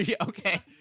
Okay